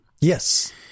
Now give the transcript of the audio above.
Yes